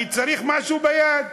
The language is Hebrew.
אני צריך משהו ביד.